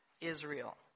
Israel